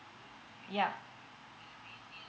yeah